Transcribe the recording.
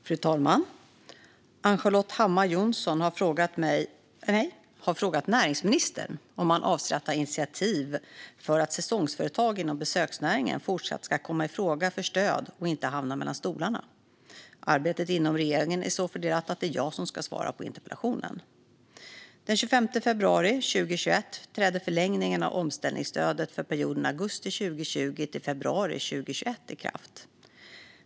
Fru talman! Ann-Charlotte Hammar Johnsson har frågat näringsministern om han avser att ta initiativ för att säsongsföretag inom besöksnäringen fortsatt ska komma i fråga för stöd och inte hamna mellan stolarna. Arbetet inom regeringen är så fördelat att det är jag som ska svara på interpellationen. Den 25 februari 2021 trädde förlängningen av omställningsstödet för perioden augusti 2020-februari 2021 i kraft.